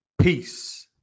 Peace